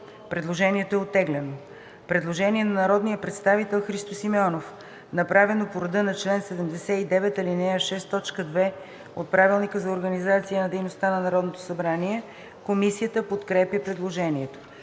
Предложението е оттеглено. Предложение на народния представител Христо Симеонов, направено по реда на чл. 79, ал. 6, т. 2 от Правилника за организацията и дейността на Народното събрание. Комисията подкрепя предложението.